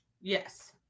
Yes